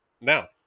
now